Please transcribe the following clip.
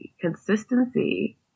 consistency